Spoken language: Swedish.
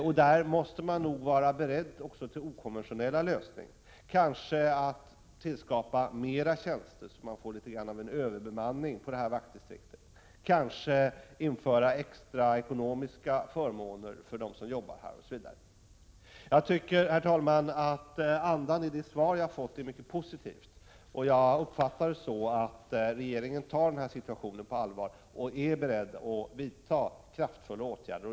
Därför måste man vara beredd också till okonventionella lösningar — kanske att tillskapa fler tjänster så att man har litet grand av en överbemanning på vaktdistrikten, att införa extra ekonomiska förmåner för dem som arbetar där, osv. Jag tycker, herr talman, att andan i det svar jag har fått är mycket positiv. Jag uppfattar det så att regeringen tar situationen på allvar och är beredd att vidta kraftfulla åtgärder.